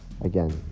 Again